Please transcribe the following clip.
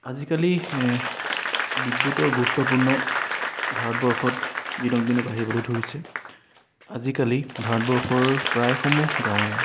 আজিকালি বিদ্যুতৰ গুৰুত্বপূৰ্ণ ভাৰতবৰ্ষত দিনক দিনে বাঢ়িবলৈ ধৰিছে আজিকালি ভাৰতবৰ্ষৰ প্ৰায়সমূহ গাঁৱে